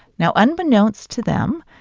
now, unbeknownst to them,